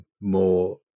more